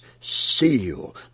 seal